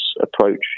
approach